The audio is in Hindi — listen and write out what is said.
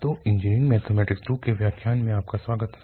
तो इंजीनियरिंग मैथमैटिक्स II के व्याख्यान में आपका स्वागत है है